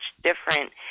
different